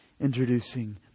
Introducing